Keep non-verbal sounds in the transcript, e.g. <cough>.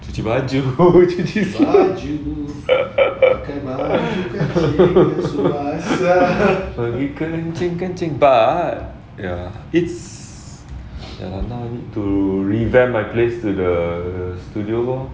cuci baju <laughs> pergi kencing kencing but ya it's ya now I need to revamp my place to the studio lor